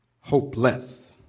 hopeless